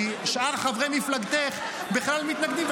כי שאר חברי מפלגתך בכלל מתנגדים,